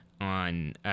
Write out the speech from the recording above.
on